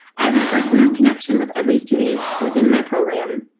i have a personal connection with every student within my program.